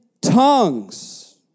tongues